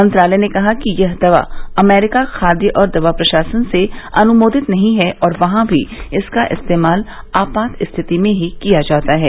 मंत्रालय ने कहा है कि यह दवा अमरीका खाद्य और दवा प्रशासन से अनुमोदित नहीं है और वहां भी इसका इस्तेमाल आपात स्थिति में ही किया जाता है